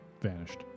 vanished